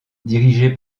dirigée